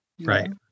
Right